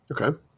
Okay